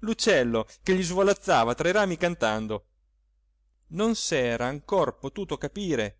l'uccello che gli svolazzava tra i rami cantando non s'era ancor potuto capire